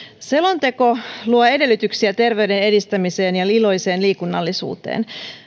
selonteko luo edellytyksiä terveyden edistämiseen ja iloiseen liikunnallisuuteen